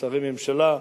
שרי הממשלה,